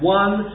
one